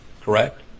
correct